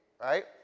Right